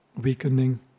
weakening